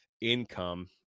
income